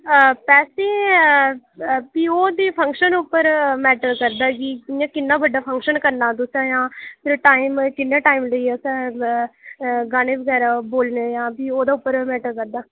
पैसे फ्ही ओह् ते फंक्शन उप्पर मैटर करदा ऐ कि इ'यां किन्ना बड्डा फंक्शन करना तुसें जां टाइम किन्ने टाइम लेई असें गाने बगैरा बोलने जां फ्ही ओह्दे उप्पर गै मैट्टर करदा